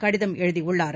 கடிதம் எழுதியுள்ளார்